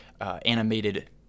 animated